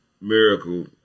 Miracle